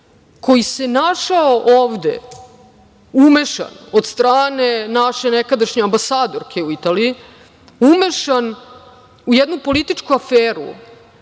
koji se našao ovde umešan od strane naše nekadašnje ambasadorke u Italiji, umešan u jednu političku aferu